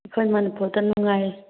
ꯑꯩꯈꯣꯏ ꯃꯅꯤꯄꯨꯔꯗ ꯅꯨꯡꯉꯥꯏ